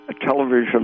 television